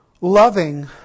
loving